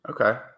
Okay